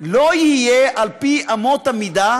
לא יהיה על-פי אמות המידה